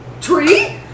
tree